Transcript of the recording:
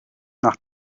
nach